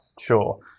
sure